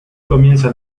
comienza